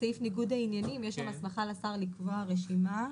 בסעיף ניגוד העניינים יש הסמכה לשר לקבוע רשימה.